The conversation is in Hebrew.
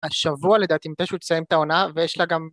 השבוע לדעתי מתישהו תסיים את העונה ויש לה גם